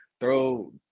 throw